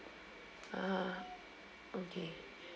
ah okay